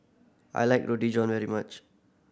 I like Roti John very much